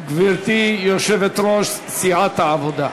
גברתי יושבת-ראש סיעת העבודה.